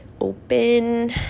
open